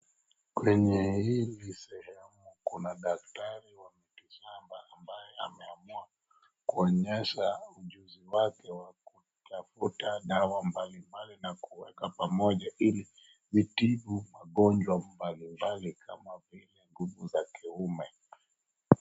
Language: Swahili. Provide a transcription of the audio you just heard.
Kwenye hili sehemu kuna daktari wa miti shamba ambaye ameamua kuonyesha ujuzi wake wa kutafuta dawa mbalimbali na kuweka pamoja ili zitibu magonjwa mbalimbali kama vile nguvu za kiume.